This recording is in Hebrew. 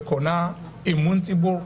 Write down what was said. שקונה אמון ציבורי,